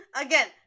Again